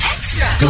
Extra